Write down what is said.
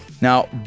Now